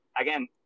again